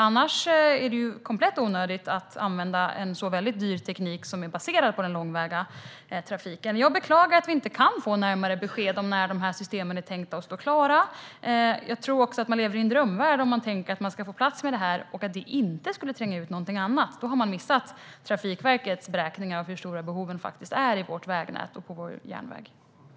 Annars är det totalt onödigt att använda en dyr teknik som är baserad på den långväga trafiken. Jag beklagar att vi inte kan få närmare besked om när man har tänkt att dessa system ska stå klara. Jag tror också att man lever i en drömvärld om man tänker sig få utrymme för det här utan att det tränger ut något annat. I så fall har man missat Trafikverkets beräkningar av hur stora behoven i vårt vägnät och inom vår järnväg faktiskt är.